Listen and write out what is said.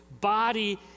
body